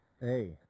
Hey